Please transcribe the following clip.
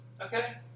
okay